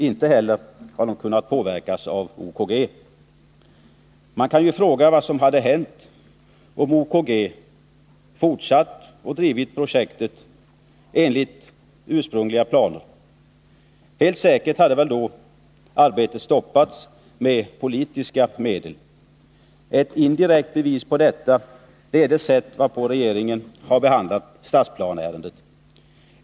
Inte heller har de kunnat påverkas av OKG. Man kan ställa frågan vad som hade hänt om OKG fortsatt att driva projektet enligt ursprungliga planer. Helt säkert hade väl då arbetet stoppats med politiska medel. Ett indirekt bevis på detta är det sätt varpå regeringen har behandlat stadsplaneärendet.